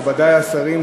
מכובדי השרים,